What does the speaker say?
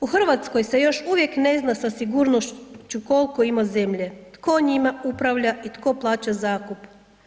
U Hrvatskoj se još uvijek ne zna sa sigurnošću koliko ima zemlje, tko njima upravlja i tko plaća zakup.